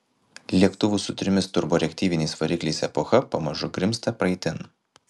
lėktuvų su trimis turboreaktyviniais varikliais epocha pamažu grimzta praeitin